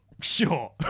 Sure